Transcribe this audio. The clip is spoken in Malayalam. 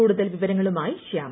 കൂടുതൽ വിവരങ്ങളുമായി ശ്യാമ